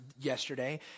yesterday